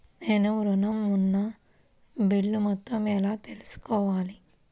నేను ఋణం ఉన్న బిల్లు మొత్తం ఎలా తెలుసుకోవాలి?